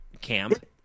camp